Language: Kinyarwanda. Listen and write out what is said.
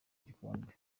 igikombe